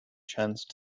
chance